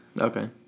Okay